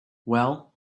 well